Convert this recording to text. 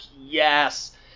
yes